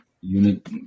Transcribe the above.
unit